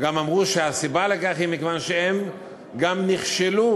גם אמרו שהסיבה לכך היא שהם גם נכשלו